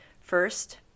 First